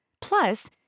Plus